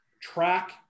track